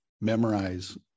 memorize